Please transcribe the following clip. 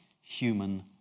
human